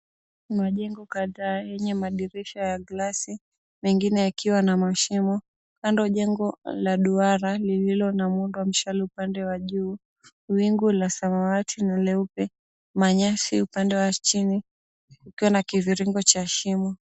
Majengo kadhaa yenye madirisha ya glasi, mengine yakiwa na mashimo. Kando jengo la duara lililo na muundo wa mshale upande wa juu. Wingu la samawati na leupe. Manyasi upande wa chini. Kukiwa na kiviringo cha shimo.